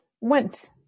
went